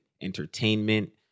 entertainment